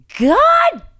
God